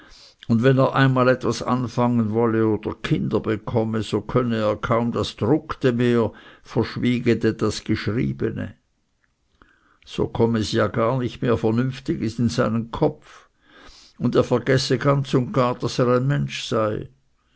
und wenn er einmal etwas anfangen wolle oder kinder bekomme so könne er kaum das druckte mehr vrschwyge de das gschriebne so komme ja gar nichts mehr vernünftiges in seinen kopf und er vergesse ganz und gar daß er ein mensch sei